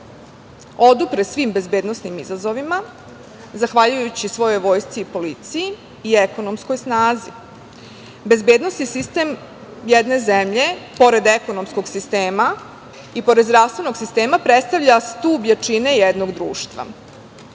odupre svim bezbednosnim izazovima zahvaljujući svojoj vojsci i policiji i ekonomskoj snazi. Bezbednosni sistem jedne zemlje pored ekonomskom sistema i pored zdravstvenog sistema predstavlja stub jačine jednog društva.